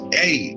hey